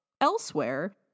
elsewhere